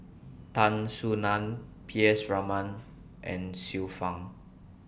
Tan Soo NAN P S Raman and Xiu Fang